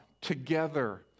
together